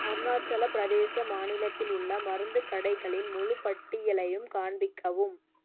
அருணாச்சல பிரதேச மாநிலத்தில் உள்ள மருந்து கடைகளின் முழுப் பட்டியலையும் காண்பிக்கவும்